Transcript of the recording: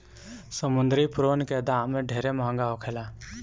समुंद्री प्रोन के दाम ढेरे महंगा होखेला